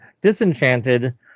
Disenchanted